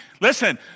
Listen